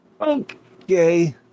Okay